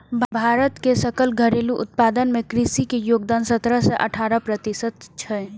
भारत के सकल घरेलू उत्पादन मे कृषि के योगदान सतरह सं अठारह प्रतिशत छै